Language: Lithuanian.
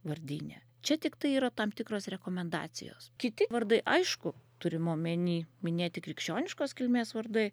vardyne čia tiktai yra tam tikros rekomendacijos kiti vardai aišku turima omeny minėti krikščioniškos kilmės vardai